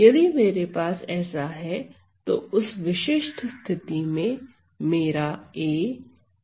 यदि मेरे पास ऐसा है तो उस विशिष्ट स्थिति में मेरा a π है